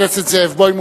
חבר הכנסת זאב בוים,